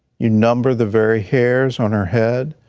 you number the very hairs on our head,